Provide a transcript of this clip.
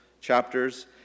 chapters